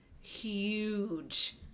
huge